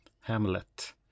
Hamlet